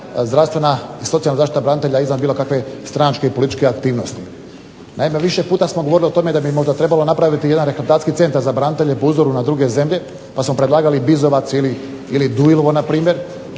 zdravstvena i socijalna zaštita branitelja izvan bilo kakve stranačke i političke aktivnosti. Naime, više puta smo govorili o tome da bi možda trebalo napraviti jedan rehabilitacijski centar za branitelje po uzoru na druge zemlje, pa smo predlagali Bizovac ili Dujlo na primjer.